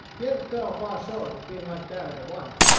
yet it fell far short of being like that of a wife.